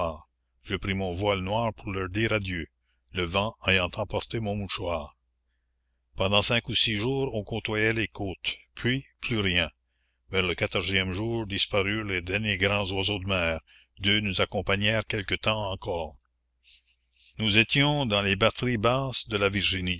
je pris mon voile noir pour leur dire adieu le vent ayant emporté mon mouchoir pendant cinq ou six jours on côtoya les côtes puis plus rien vers le quatorzième jour disparurent les derniers grands oiseaux de mer deux nous accompagnèrent quelque temps encore nous étions dans les batteries basses de la virginie